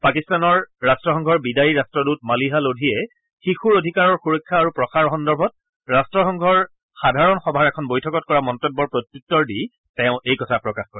পাকিস্তানৰ ৰাষ্ট্ৰসংঘৰ বিদায়ী ৰাষ্ট্ৰদূত মালিহা লোধিয়ে শিশুৰ অধিকাৰৰ সুৰক্ষা আৰু প্ৰসাৰ সন্দৰ্ভত ৰাট্টসংঘৰ সাধাৰণ সভাৰ এখন বৈঠকত কৰা মন্তব্যৰ প্ৰত্যুত্তৰ দি তেওঁ এই কথা প্ৰকাশ কৰে